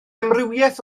amrywiaeth